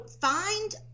find